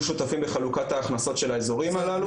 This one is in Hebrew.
שותפים בחלוקת ההכנסות של האזורים הללו,